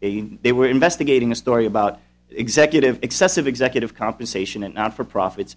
they were investigating a story about executive excessive executive compensation and not for profit